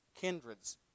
kindreds